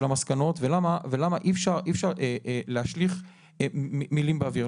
המסקנות ולמה אי אפשר להשליך מילים באוויר.